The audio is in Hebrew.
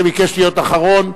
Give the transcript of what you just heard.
שביקש להיות אחרון,